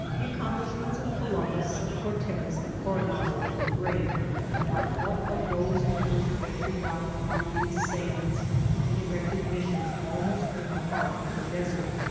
the accomplishments of columbus, of cortez, of coronado were great but what of those who first ventured out upon these sands and erected missions almost in the heart of the desert,